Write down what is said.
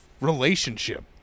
relationship